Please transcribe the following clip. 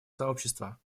сообщества